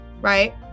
Right